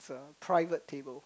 it's a private table